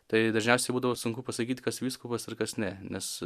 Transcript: tai dažniausiai būdavo sunku pasakyti kas vyskupas ir kas ne nes